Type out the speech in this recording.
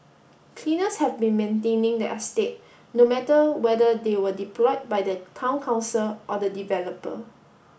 cleaners have been maintaining the estate no matter whether they were deployed by the Town Council or the developer